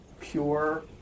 pure